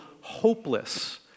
hopeless